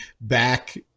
back